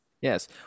Yes